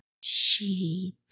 sheep